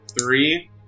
Three